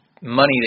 money